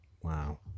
Wow